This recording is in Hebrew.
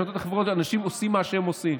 החברתיות אנשים עושים מה שהם עושים.